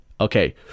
Okay